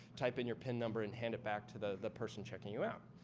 type in your pin number, and hand it back to the person checking you out,